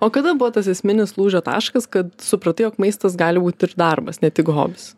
o kada buvo tas esminis lūžio taškas kad supratai jog maistas gali būt ir darbas ne tik hobis